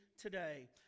today